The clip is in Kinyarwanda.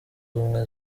ubumwe